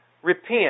Repent